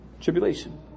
tribulation